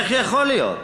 איך יכול להיות,